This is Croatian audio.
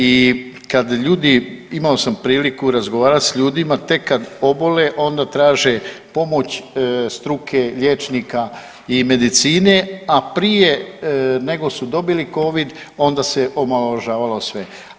I kad ljudi, imao sam priliku razgovarati sa ljudima, tek kad obole onda traže pomoć struke, liječnika i medicine a prije nego su dobili covid onda se omalovažavalo sve.